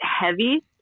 heavy